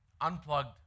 unplugged